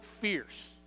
fierce